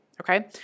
Okay